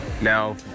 Now